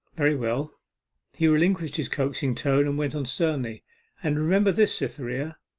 very well he relinquished his coaxing tone, and went on sternly and remember this, cytherea,